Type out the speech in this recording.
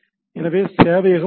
எனவே சேவையகம் ஒரு ஹெச்